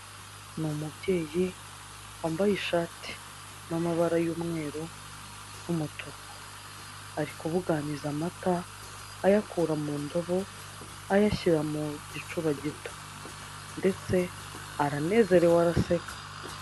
Ni umubyeyi wambaye ishati irimo amabara y'umweru n'umutuku, ari kubuganiza amata ayakura mu ndobo ayashyira mu gicuba gito ndetse aranezerewe araseka.